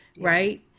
Right